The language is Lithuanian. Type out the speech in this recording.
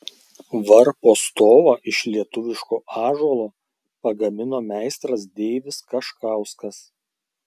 varpo stovą iš lietuviško ąžuolo pagamino meistras deivis kaškauskas